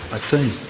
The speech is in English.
i see.